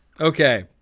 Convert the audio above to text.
Okay